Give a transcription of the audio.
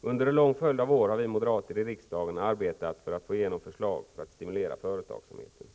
Under en lång följd av år har vi moderater i riksdagen arbetat för att få igenom förslag som skall stimulera företagsamheten.